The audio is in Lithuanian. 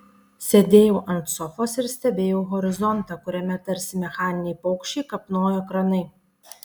sėdėjau ant sofos ir stebėjau horizontą kuriame tarsi mechaniniai paukščiai kapnojo kranai